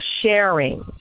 sharing